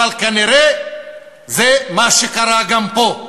אבל כנראה זה מה שקרה גם פה.